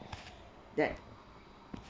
that